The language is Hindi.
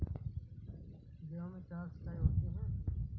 गेहूं में चार सिचाई होती हैं